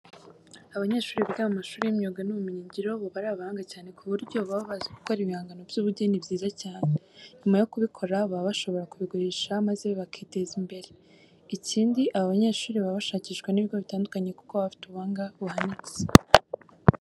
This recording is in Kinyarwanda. Abanyeshuri biga mu mashuri y'imyuga n'ubumenyingiro baba ari abahanga cyane ku buryo baba bazi gukora ibihangano by'ubugeni byiza cyane. Nyuma yo kubikora baba bashobora kubigurisha maze bakiteza imbere. Ikindi, aba banyeshuri baba bashakishwa n'ibigo bitandukanye kuko baba bafite ubuhanga buhanitse.